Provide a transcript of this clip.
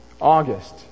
August